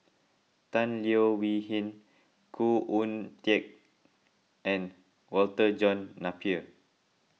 Tan Leo Wee Hin Khoo Oon Teik and Walter John Napier